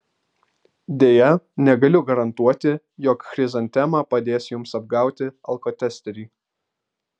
deja negaliu garantuoti jog chrizantema padės jums apgauti alkotesterį